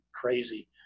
crazy